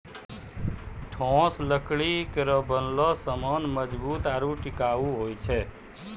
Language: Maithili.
ठोस लकड़ी केरो बनलो सामान मजबूत आरु टिकाऊ होय छै